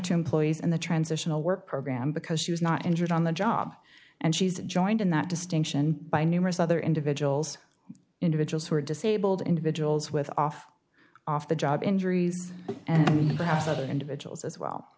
to employees and the transitional work program because she was not injured on the job and she's joined in that distinction by numerous other individuals individuals who are disabled individuals with off off the job injuries and perhaps other individuals as well